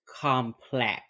complex